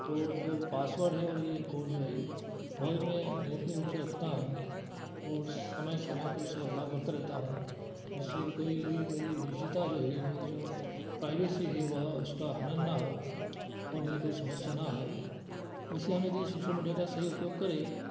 और जो पासवर्ड हैं और यह कोड जो हैं और मैं गोपनीय रूप से रखता हूँ और समय समय पर उसमें बदलाव करते रहता हूँ जिससे कि कोई भी मेरी निजता जो है मेरी जो प्राइवेसी है वह उसका हनन न हो और मुझे कोई समस्या न हो वैसे हम यदि सोशल मीडिया का सही उपयोग करें